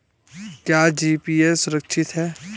क्या जी.पी.ए सुरक्षित है?